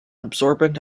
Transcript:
absorbent